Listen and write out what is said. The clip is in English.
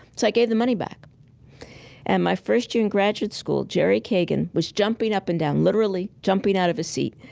so i gave the money back and my first year in graduate school, jerry kagan was jumping up and down, literally jumping out of his seat,